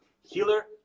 healer